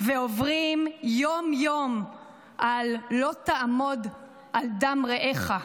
ועוברים יום-יום על "לא תעמוד על דם רעך".